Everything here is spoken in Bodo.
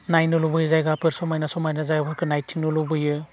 नायनो लुबैयो जायगाफोर समायना समायना जायगाफोरखौ नायथिंनो लुगैयो